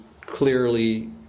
clearly